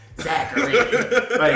Zachary